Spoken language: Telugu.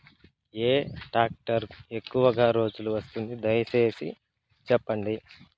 ఏ టాక్టర్ ఎక్కువగా రోజులు వస్తుంది, దయసేసి చెప్పండి?